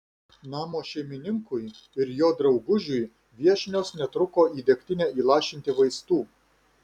namo šeimininkui ir jo draugužiui viešnios netruko į degtinę įlašinti vaistų